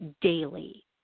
daily